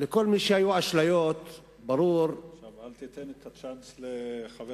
לכל מי שהיו אשליות ברור, אל תיתן את הצ'אנס לחבר